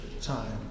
time